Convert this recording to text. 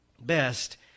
best